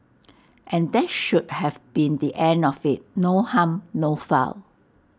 and that should have been the end of IT no harm no foul